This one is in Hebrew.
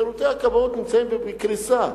שירותי הכבאות נמצאים בקריסה.